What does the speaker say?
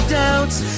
doubts